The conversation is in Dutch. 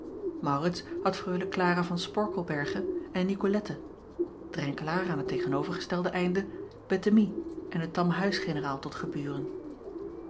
aurits had reule lara van porkelberghe en icolette renkelaer aan het tegenovergestelde einde ettemie en den tammen huisgeneraal tot geburen